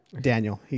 Daniel